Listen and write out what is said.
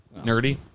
Nerdy